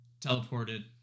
teleported